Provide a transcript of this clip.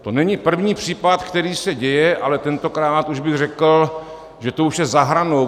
To není první případ, který se děje, ale tentokrát bych řekl, že to už je za hranou.